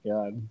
God